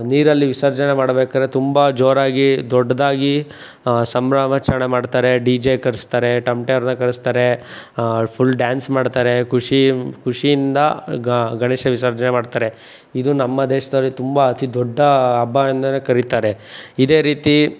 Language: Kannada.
ನೀರಲ್ಲಿ ವಿಸರ್ಜನೆ ಮಾಡ್ಬೇಕಾದ್ರೆ ತುಂಬ ಜೋರಾಗಿ ದೊಡ್ಡದಾಗಿ ಸಂಭ್ರಮಾಚರಣೆ ಮಾಡ್ತಾರೆ ಡಿ ಜೆ ಕರೆಸ್ತಾರೆ ತಮ್ಟೆ ಅವ್ರನ್ನ ಕರೆಸ್ತಾರೆ ಫುಲ್ ಡ್ಯಾನ್ಸ್ ಮಾಡ್ತಾರೆ ಖುಷಿಯಿನ್ನು ಖುಷಿಯಿಂದ ಗಣೇಶ ವಿಸರ್ಜನೆ ಮಾಡ್ತಾರೆ ಇದು ನಮ್ಮ ದೇಶದಲ್ಲಿ ತುಂಬ ಅತಿ ದೊಡ್ಡ ಹಬ್ಬ ಅಂತಲೇ ಕರಿತಾರೆ ಇದೇ ರೀತಿ